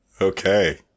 Okay